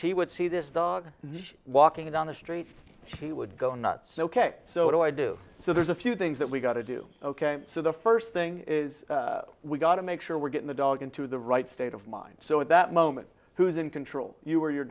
she would see this dog walking down the street she would go nuts ok so do i do so there's a few things that we gotta do ok so the first thing is we gotta make sure we're getting the dog into the right state of mind so at that moment who's in control you are your